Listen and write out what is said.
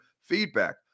feedback